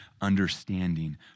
understanding